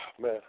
Man